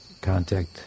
contact